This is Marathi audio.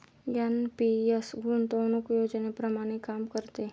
एन.पी.एस गुंतवणूक योजनेप्रमाणे काम करते